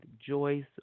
Joyce